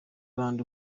abandi